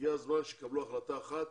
הגיע הזמן שיקבלו החלטה אחת,